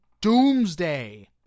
Doomsday